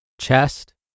chest